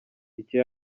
icyo